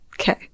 okay